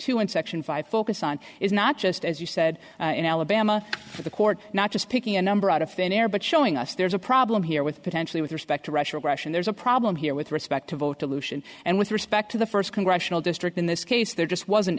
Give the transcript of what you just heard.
and section five focus on is not just as you said in alabama for the court not just picking a number out of thin air but showing us there's a problem here with potentially with respect to russia or aggression there's a problem here with respect to vote dilution and with respect to the first congressional district in this case there just wasn't